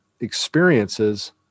experiences